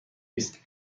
است